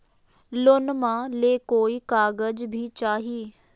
लोनमा ले कोई कागज भी चाही?